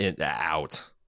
out